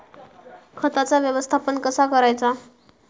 खताचा व्यवस्थापन कसा करायचा?